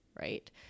right